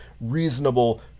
reasonable